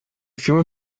fiume